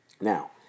Now